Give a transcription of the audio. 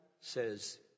says